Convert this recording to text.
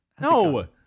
No